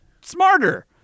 smarter